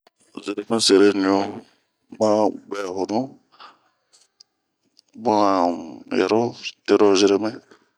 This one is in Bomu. Zeremi serɲu ma buɛhonu, bunh a un yaro tero zeremɛ.